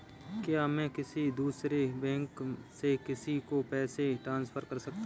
क्या मैं किसी दूसरे बैंक से किसी को पैसे ट्रांसफर कर सकता हूँ?